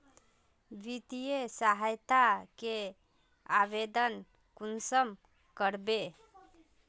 वित्तीय सहायता के आवेदन कुंसम करबे?